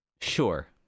Sure